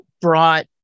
brought